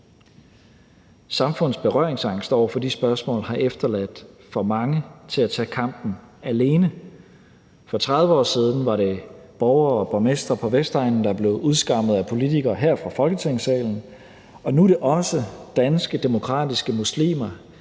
Samfundets berøringsangst over for de spørgsmål har efterladt for mange til at tage kampen alene. For 30 år siden var det borgere og borgmestre på Vestegnen, der blev udskammet af politikere her fra Folketingssalen, og nu er det også danske demokratiske muslimer,